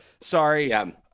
sorry